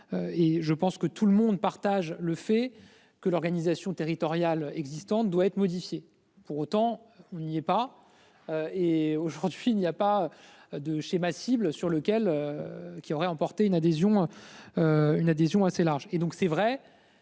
Et je pense que tout le monde partage le fait que l'organisation territoriale existante doit être modifiée. Pour autant, on lui ait pas. Et aujourd'hui il n'y a pas. De schémas cibles sur lequel. Qui aurait emporté une adhésion. Une adhésion assez large et donc c'est vrai